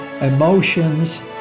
emotions